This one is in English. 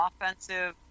offensive